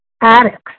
addicts